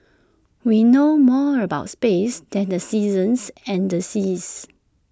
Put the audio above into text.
we know more about space than the seasons and the seas